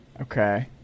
Okay